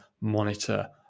monitor